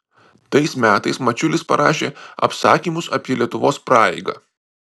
tais metais mačiulis parašė apsakymus apie lietuvos praeigą